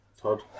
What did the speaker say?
Todd